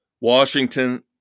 Washington